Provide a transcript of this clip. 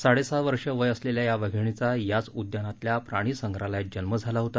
साडे सहा वर्ष वय असलेल्या या वाधिणीचा याच उद्यानातल्या प्राणी संग्रहालयात जन्म झाला होता